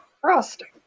frosting